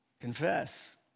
Confess